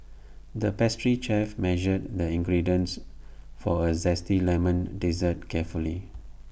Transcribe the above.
the pastry chef measured the ingredients for A Zesty Lemon Dessert carefully